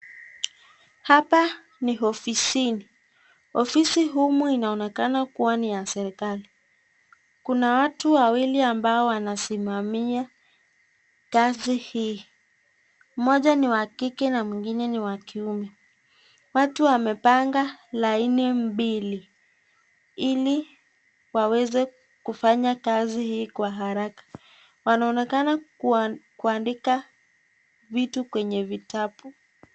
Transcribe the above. Hapa ni ofisini. Ofisi humu inaonekana kuwa ni ya serikali. Kuna watu wawili ambao wanasimamia kazi hii. Mmoja ni wa kike na mwingine ni wa kiume. Watu wamepanga laini mbili ili waweze kufanya kazi hii kwa haraka. Wanaonekana kua kuandika vitu kwenye vitabu.